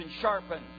sharpened